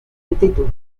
altitud